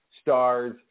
stars